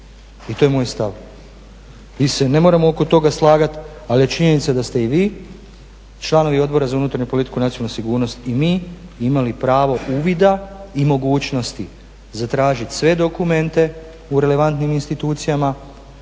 I to je moj stav. Mi se ne moramo oko toga slagati, ali je činjenica da ste i vi članovi Odbora za unutarnju politiku i nacionalnu sigurnost i mi imali pravo uvida i mogućnosti zatražiti sve dokumente u relevantnim institucijama,